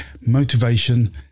motivation